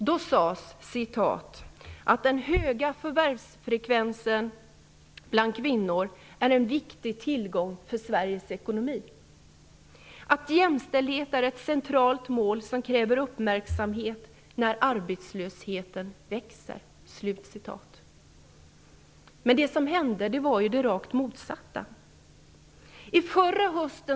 Då sades det att den höga förvärvsfrekvensen bland kvinnor är en viktig tillgång för Sveriges ekonomi och att jämställdhet är ett centralt mål som kräver uppmärksamhet när arbetslösheten växer. Det var det rakt motsatta som hände.